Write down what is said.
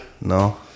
No